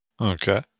Okay